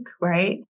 right